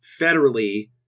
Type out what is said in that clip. federally